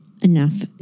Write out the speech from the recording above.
enough